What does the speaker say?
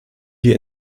wir